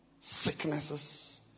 sicknesses